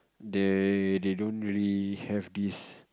they they don't really have this